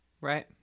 Right